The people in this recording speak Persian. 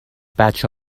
بچه